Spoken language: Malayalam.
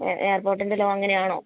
എയർപോട്ടിൻ്റെ ലോ അങ്ങനെയാണോ